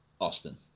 Austin